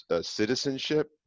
citizenship